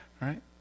right